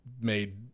made